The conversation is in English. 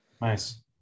nice